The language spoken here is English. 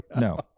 no